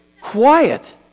quiet